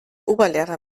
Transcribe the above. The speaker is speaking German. oberlehrer